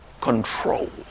control